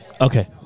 Okay